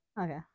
Okay